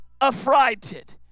affrighted